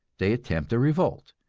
they attempt a revolt,